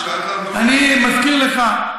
אני מזכיר לך.